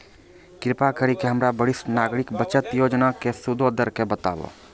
कृपा करि के हमरा वरिष्ठ नागरिक बचत योजना के सूदो के दर बताबो